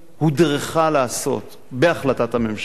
הודרכה לעשות בהחלטת הממשלה?